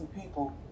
people